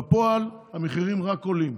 ובפועל המחירים רק עולים,